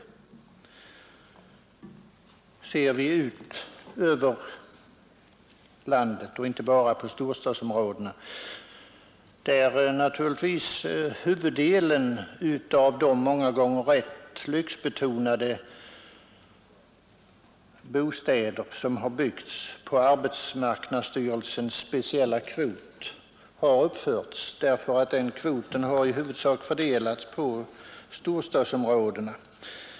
Vi måste se ut över landet och inte bara på storstadsområdena, där många av villabostäderna är rätt lyxbetonade och byggts på arbetsmarkandsstyrelsens speciella kvot. Detta beror på att denna kvot i huvudsak fördelats på storstadsområdena.